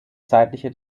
zeitliche